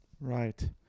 Right